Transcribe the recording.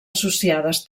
associades